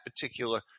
particular